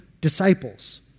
disciples